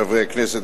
חברי הכנסת,